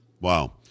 Wow